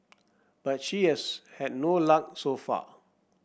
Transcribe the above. but she has had no luck so far